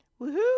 Woohoo